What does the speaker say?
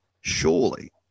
Surely